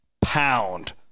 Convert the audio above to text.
pound